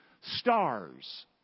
Stars